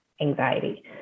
anxiety